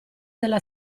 della